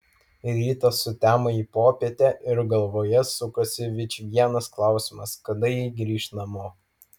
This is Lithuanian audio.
rytas sutemo į popietę ir galvoje sukosi vičvienas klausimas kada ji grįš namo